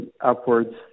upwards